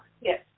Yes